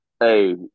Hey